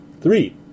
three